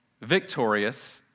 victorious